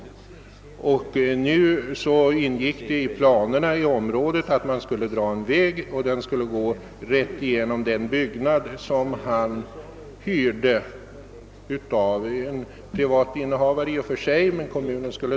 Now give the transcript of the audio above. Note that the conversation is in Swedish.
I planerna för området ingick emellertid att en väg skulle dras rätt igenom den byggnad som han hyrde av en privat innehavare.